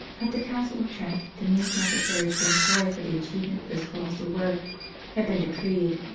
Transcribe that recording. at the council of trent, the means necessary to employ for the achievement of this colossal work had been decreed,